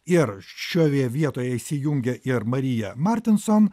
ir šioje vietoje įsijungia ir marija martinson